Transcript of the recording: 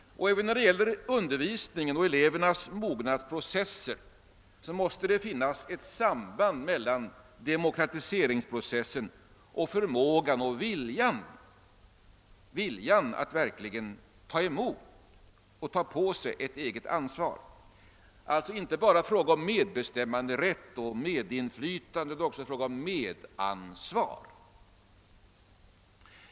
Även i fråga om undervisningen och elevernas mognadsprocesser måste det finnas ett samband mellan demokratiseringskravet och förmågan och viljan att verkligen ta på sig ett eget ansvar. Det skall alltså inte bara vara fråga om medbestämmanderätt och medinflytande utan också om medansvar.